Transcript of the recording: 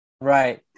Right